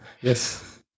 Yes